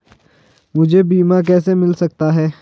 मुझे बीमा कैसे मिल सकता है?